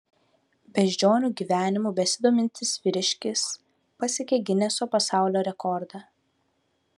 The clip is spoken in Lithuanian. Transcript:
beždžionių gyvenimu besidomintis vyriškis pasiekė gineso pasaulio rekordą